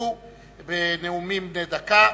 שהשתתפו בנאומים בני דקה.